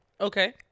Okay